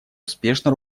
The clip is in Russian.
успешно